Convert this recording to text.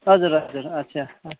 हजुर हजुर अच्छा